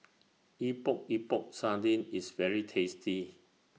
Epok Epok Sardin IS very tasty